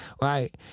right